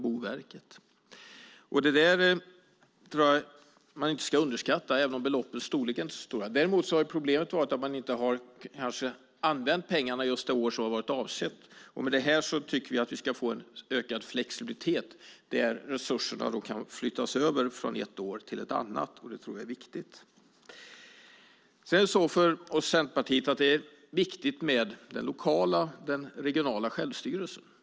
Det ska man inte underskatta, även om beloppen inte är så stora. Däremot har problemet varit att man kanske inte har använt pengarna just det år som varit avsett. Vi tycker att vi ska ha en ökad flexibilitet där resurserna kan flyttas över från ett år till ett annat. Det tror jag är viktigt. För oss i Centerpartiet är det viktigt med det lokala och regionala självstyret.